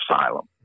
asylum